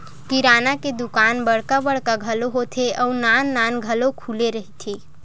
किराना के दुकान बड़का बड़का घलो होथे अउ नान नान घलो खुले रहिथे